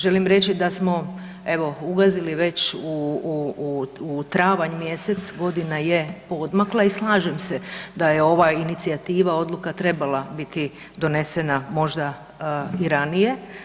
Želim reći da smo evo ulazili već u travanj mjesec, godina je poodmakla i slažem se da je ova inicijativa, odluka trebala biti donesena možda i ranije.